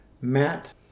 Matt